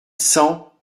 cent